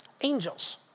angels